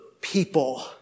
people